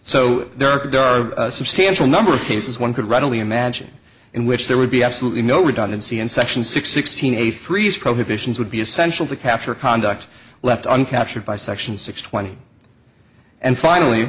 so there are a substantial number of cases one could write only imagine in which there would be absolutely no redundancy in section six sixteen a freeze probations would be essential to capture conduct left on captured by section six twenty and finally